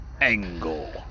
Angle